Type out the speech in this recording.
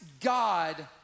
God